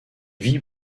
vit